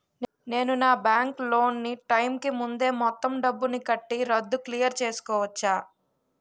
నేను నా bank loan నీ టైం కీ ముందే మొత్తం డబ్బుని కట్టి రద్దు క్లియర్ చేసుకోవచ్చా?